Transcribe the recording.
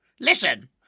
Listen